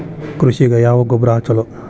ಕೃಷಿಗ ಯಾವ ಗೊಬ್ರಾ ಛಲೋ?